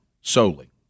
solely